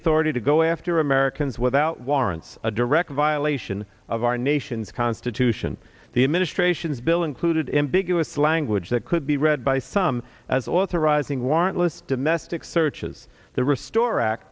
authority to go after americans without warrants a direct violation of our nation's constitution the administration's bill included in bigamous language that could be read by some as authorizing warrantless domestic searches the restore act